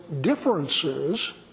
differences